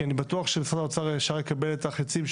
אני בטוח שמשרד האוצר ישר יקבל את החצים,